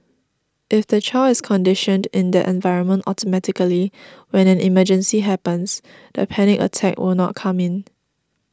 if the child is conditioned in that environment automatically when an emergency happens the panic attack will not come in